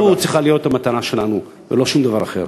זו צריכה להיות המטרה שלנו, ולא שום דבר אחר.